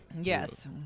Yes